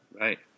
right